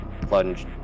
plunge